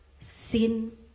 Sin